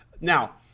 Now